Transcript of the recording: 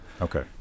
Okay